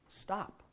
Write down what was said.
stop